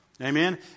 Amen